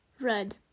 Red